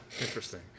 Interesting